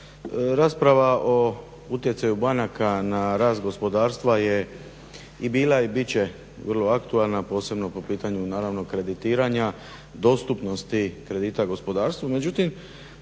rasprava o utjecaju banaka na rast gospodarstva je i bila i bit će vrlo aktualna posebno po pitanju naravno kreditiranja, dostupnosti kredita gospodarstvu,